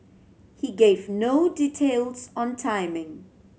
he gave no details on timing